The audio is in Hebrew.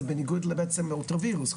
זה בניגוד לאולטרה וירס,